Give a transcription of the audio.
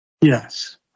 Yes